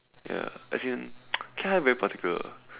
ya as in cat high very particular